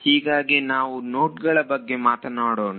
ಈಗ ನಾವು ನೋಡ್ಗಳ ಬಗ್ಗೆ ಮಾತನಾಡೋಣ